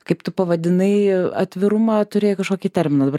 kaip tu pavadinai atvirumą turėjai kažkokį terminą dabar